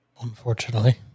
Unfortunately